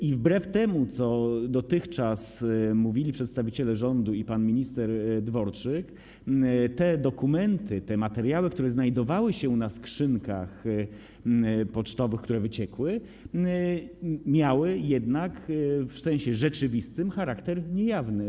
I wbrew temu, co dotychczas mówili przedstawiciele rządu i pan minister Dworczyk, te dokumenty, te materiały, które znajdowały się na skrzynkach pocztowych, które wyciekły, miały jednak w sensie rzeczywistym charakter niejawny.